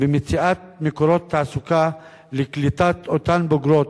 ומציאת מקורות תעסוקה לקליטת אותן בוגרות,